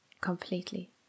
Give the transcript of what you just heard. completely